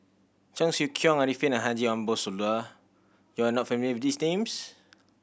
Cheong Siew Keong Arifin and Haji Ambo Sooloh you are not familiar with these names